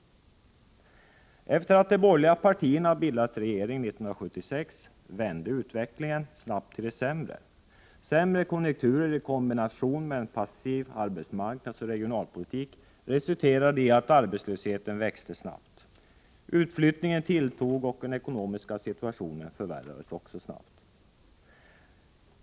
Efter det att de borgerliga partierna bildat regering 1976 vände utvecklingen snabbt till det sämre. Och sämre konjunkturer i kombination med en passiv arbetsmarknadsoch regionalpolitik resulterade i att arbetslösheten växte snabbt; utflyttningen tilltog och den ekonomiska situationen förvärrades också snabbt.